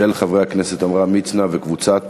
של חבר הכנסת עמרם מצנע וקבוצת